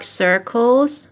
circles